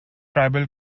tribal